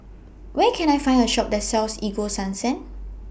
Where Can I Find A Shop that sells Ego Sunsense